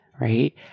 right